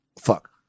fuck